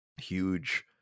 huge